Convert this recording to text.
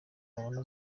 babona